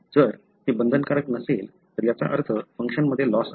जर ते बंधनकारक नसेल तर याचा अर्थ फंक्शन मध्ये लॉस आहे